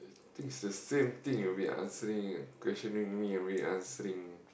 I think it's the same thing you'll be answering questioning me I'll be answering